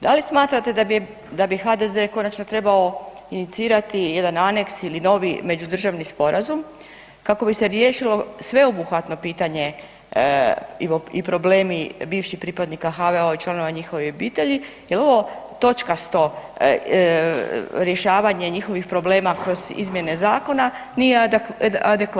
Da li smatrate da bi HDZ konačno trebao inicirati jedan aneks ili novi međudržavni sporazum kako bi se riješilo sveobuhvatno pitanje i problemi bivših pripadnika HVO-a i članova njihovih obitelji jel ovo točkasto rješavanje njihovih problema kroz izmjene zakona nije adekvatno.